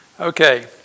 Okay